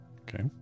Okay